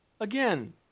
Again